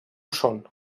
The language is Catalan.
són